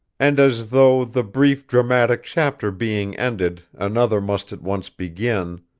and as though, the brief, dramatic chapter being ended, another must at once begin,